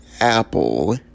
Apple